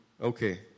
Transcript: Okay